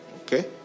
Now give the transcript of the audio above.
okay